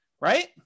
right